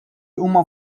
huma